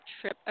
trip